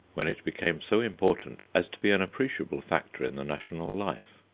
when it became so important as to be an appreciable factor in the national life.